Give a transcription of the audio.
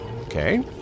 okay